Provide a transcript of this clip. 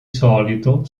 solito